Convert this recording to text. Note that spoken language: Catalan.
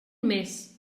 més